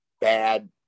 bad